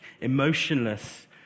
emotionless